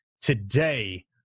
Today